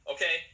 Okay